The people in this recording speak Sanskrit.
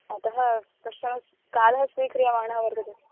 अतः कश्चन कालः स्वीक्रियमाणः वर्तते